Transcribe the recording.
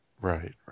Right